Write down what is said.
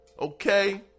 okay